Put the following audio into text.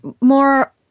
more